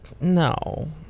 No